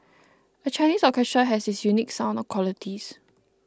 a Chinese orchestra has its unique sound qualities